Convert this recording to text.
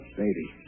baby